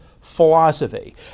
philosophy